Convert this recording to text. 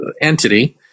entity –